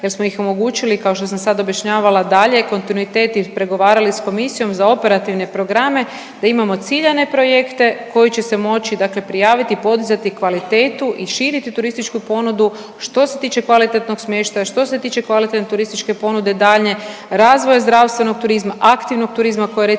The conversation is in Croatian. jel smo ih omogućili kao što sam sad objašnjavala dalje kontinuitet i pregovarali s Komisijom za operativne programe da imamo ciljane projekte koji će se moći prijaviti i podizati kvalitetu i širiti turističku ponudu što se tiče kvalitetnog smještaja, što se tiče kvalitetne turističke ponude daljnje, razvoja zdravstvenog turizma, aktivnog turizma koje je recimo